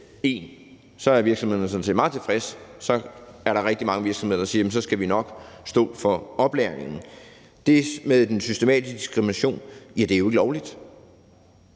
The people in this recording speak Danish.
og så er virksomhederne sådan set meget tilfredse. Så er der rigtig mange virksomheder, der siger, at så skal de nok stå for oplæringen. Med hensyn til det med den systematiske diskrimination vil jeg sige: Det er jo ikke lovligt,